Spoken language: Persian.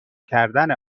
کردن